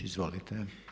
Izvolite.